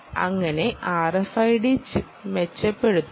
അങ്ങനെ RFID chip മെച്ചപ്പെടുത്തുന്നു